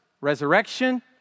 resurrection